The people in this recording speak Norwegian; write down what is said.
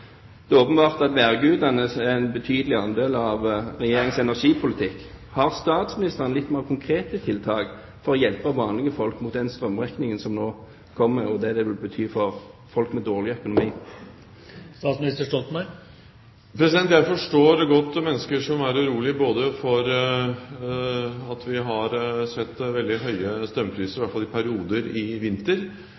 Det er åpenbart at værgudene er en betydelig del av Regjeringens energipolitikk. Har statsministeren litt mer konkrete tiltak for å hjelpe vanlige folk med den strømregningen som nå kommer, og det det vil bety for folk med dårlig økonomi? Jeg forstår godt mennesker som er urolige både for at vi har sett veldig høye strømpriser, i